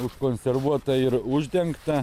užkonservuota ir uždengta